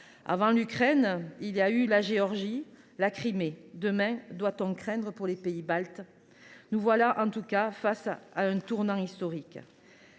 Avant l’Ukraine, il y a eu la Géorgie et la Crimée. Demain, devons nous craindre pour les pays baltes ? Nous sommes en tout cas à un tournant historique.